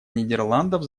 нидерландов